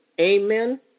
Amen